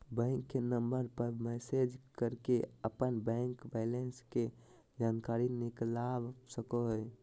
bank के number पर message करके अपन बैंक बैलेंस के जानकारी निकलवा सको हो